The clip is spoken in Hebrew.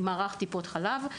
מערך טיפות החלב.